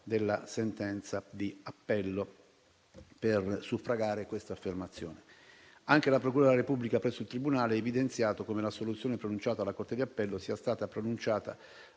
della sentenza di appello per suffragare questa affermazione. Anche la procura della Repubblica presso il tribunale ha evidenziato come l'assoluzione pronunciata dalla corte di appello sia stata pronunciata